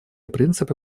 принципы